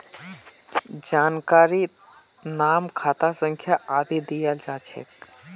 जानकारीत नाम खाता संख्या आदि दियाल जा छेक